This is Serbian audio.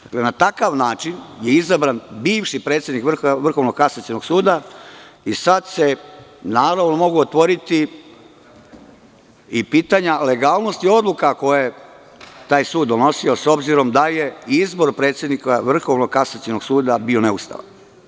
Dakle, na takav način je izabran bivši predsednik Vrhovnog kasacionog suda i sada se mogu otvoriti i pitanja legalnosti odluka koje je taj sud donosio, s obzirom da je izbor predsednika Vrhovnog kasacionog suda bio neustavan.